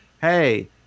hey